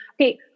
okay